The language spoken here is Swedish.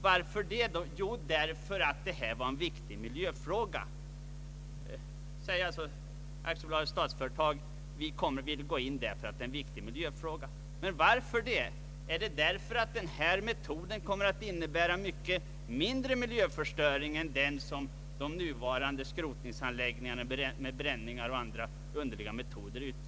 Varför? Jo, därför att detta är en miljöfråga. AB Statsföretag säger alltså att det vill bli delägare därför att denna verksamhet är en viktig miljöfråga. Troligen kommer denna metod, som alltså projekterats staten förutan, att innebära mycket mindre miljöförstöring än nuvarande skrotningsmetoder genom =<:bränning och andra underliga metoder.